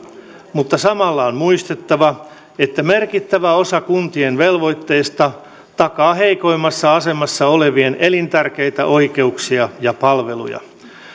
mutta samalla on muistettava että merkittävä osa kuntien velvoitteista takaa heikoimmassa asemassa olevien elintärkeitä oikeuksia ja palveluja